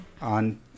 On